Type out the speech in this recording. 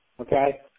okay